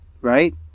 right